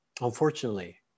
unfortunately